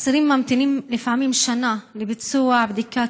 אסירים ממתינים לפעמים שנה לביצוע בדיקת